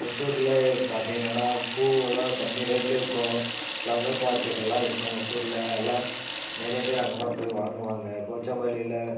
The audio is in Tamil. ஒசூரில் பார்த்தீங்கள்னா பூவெல்லாம் கம்மி ரேட்டில் இருக்கும் ஃப்ளவர் மார்க்கெட்டெல்லாம் இருக்கும் ஒசூரில் எல்லா நிறையா பேர் அங்கே தான் போய் வாங்குவாங்க போச்சம்பள்ளியில்